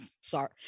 sorry